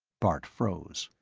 bart froze.